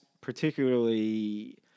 particularly